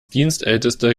dienstälteste